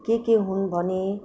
के के हुन भने